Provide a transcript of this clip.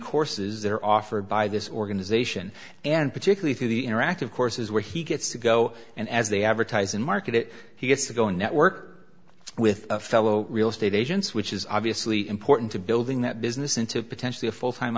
courses that are offered by this organization and particularly through the interactive courses where he gets to go and as they advertise and market it he gets to go network with fellow real estate agents which is obviously important to building that business into potentially a full time